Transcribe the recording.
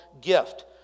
gift